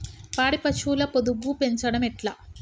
పాడి పశువుల పొదుగు పెంచడం ఎట్లా?